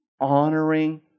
honoring